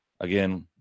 Again